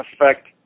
affect